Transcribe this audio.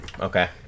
Okay